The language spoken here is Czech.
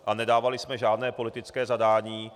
A nedávali jsme žádné politické zadání.